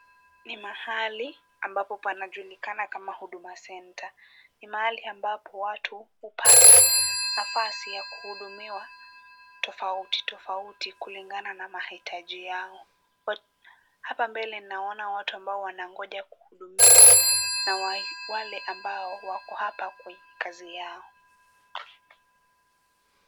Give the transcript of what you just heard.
Ni mahali ambapo panajulikana kama huduma centre. Ni mahali ambapo watu hupata nafasi ya kuhudumiwa tofauti tofauti kulingana na mahitaji yao. Hapa mbele naona watu ambao wanangoja kuhudumiwa na wale ambao wako hapa kwenye kazi yao.